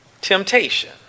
temptation